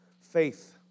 faith